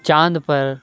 چاند پر